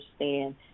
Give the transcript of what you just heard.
understand